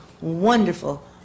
wonderful